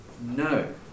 No